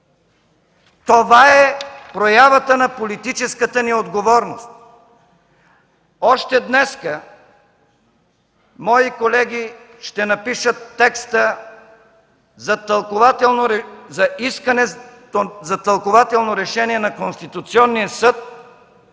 Това е проявата на политическата ни отговорност. Още днес мои колеги ще напишат текста за искане за тълкувателно решение на Конституционния съд,